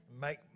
make